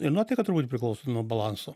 ir nuotaika turbūt priklauso nuo balanso